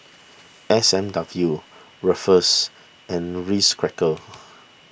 S and W Ruffles and Ritz Crackers